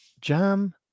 jam